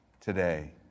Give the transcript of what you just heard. today